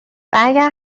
اگر